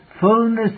fullness